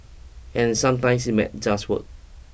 and sometimes it might just work